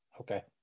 Okay